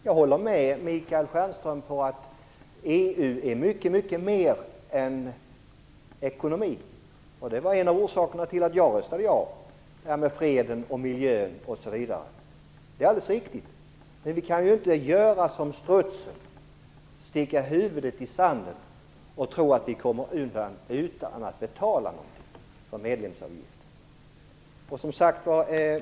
Jag håller med Michael Stjernström om att EU handlar om mycket mer än om ekonomi. Det var en av orsakerna till att jag röstade ja. Det handlar om fred, miljö osv. Det är alldeles riktigt. Men vi kan inte göra som strutsen, dvs. sticka huvudet i sanden och tro att vi kommer undan utan att betala någonting för medlemskapet.